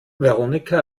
veronika